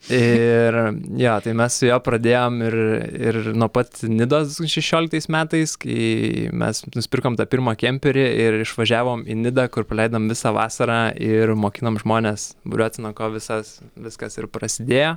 ir jo tai mes su juo pradėjom ir ir nuo pat nidos šešioliktais metais kai mes nusipirkom tą pirmą kemperį ir išvažiavom į nidą kur praleidom visą vasarą ir mokinom žmones buriuoti nuo ko visas viskas ir prasidėjo